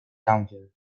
council